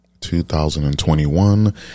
2021